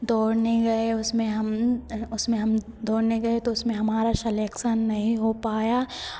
दौड़ने गए उसमें हम उसमें हम दौड़ने गए तो उसमें हमारा सेलेक्शन नहीं हो पाया